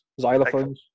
Xylophones